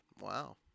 Wow